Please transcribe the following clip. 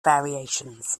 variations